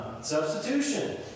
Substitution